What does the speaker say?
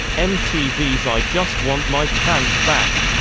mtv's i just want my pants back